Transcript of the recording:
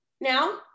Now